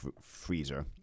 freezer